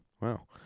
Wow